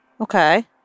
Okay